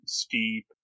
steep